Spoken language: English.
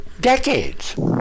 decades